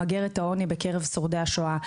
למגר את העוני בקרב שורדי השואה.